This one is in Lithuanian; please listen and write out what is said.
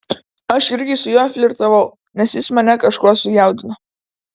aš irgi su juo flirtavau nes jis mane kažkuo sujaudino